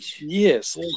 Yes